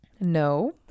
No